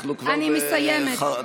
אני מסיימת.